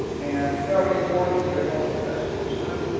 and very importantly, they wrote the textbooks, too.